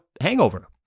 hangover